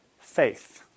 faith